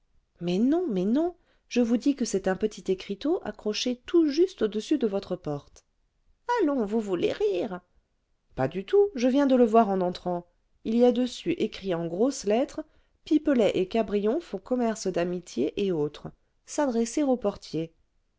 mais non mais non je vous dis que c'est un petit écriteau accroché tout juste au-dessus de votre porte allons vous voulez rire pas du tout je viens de le voir en entrant il y a dessus écrit en grosses lettres pipelet et cabrion font commerce d'amitié et autres s'adresser au portier